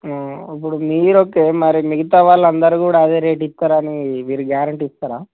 ఇప్పుడు మీరు ఓకే మరి మిగతావాళ్ళు అందరూ కూడా అదే రేట్ ఇస్తారని మీరు గ్యారెంటీ ఇస్తారా